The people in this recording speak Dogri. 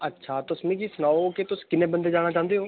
अच्छा तुस मिग्गी सनाओ कि तुस किन्ने बंदे जाना चांह्दे ओ